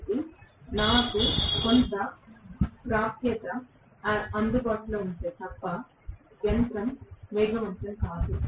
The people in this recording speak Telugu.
కాబట్టి నాకు కొంత ప్రాప్యత అందుబాటులో ఉంటే తప్ప యంత్రం వేగవంతం కాదు